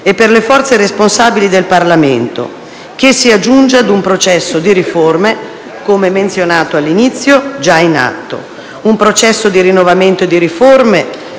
e per le forze responsabili del Parlamento che si aggiunge ad un processo di riforme - come menzionato all'inizio - già in atto. Un processo di rinnovamento e di riforme